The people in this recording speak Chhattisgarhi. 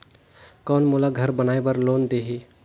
कौन मोला घर बनाय बार लोन देही?